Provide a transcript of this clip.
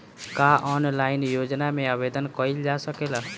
का ऑनलाइन योजना में आवेदन कईल जा सकेला?